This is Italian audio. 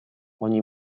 ogni